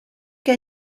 qu’à